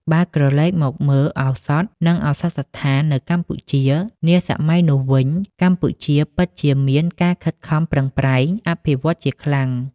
បើក្រឡេកមកមើល ឱសថ និងឱសថស្ថាននៅកម្ពុជានាសម័យនោះវិញ កម្ពុជាពិតជាមានការខិតខំប្រឹងប្រែងអភិវឌ្ឍន៍ជាខ្លាំង។